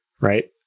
right